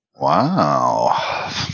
Wow